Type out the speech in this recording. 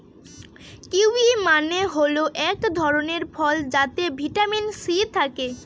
kiwi মানে হল এক ধরনের ফল যাতে ভিটামিন সি থাকে